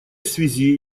связи